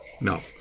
No